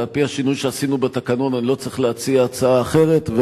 על-פי השינוי שעשינו בתקנון אני לא צריך להציע הצעה אחרת,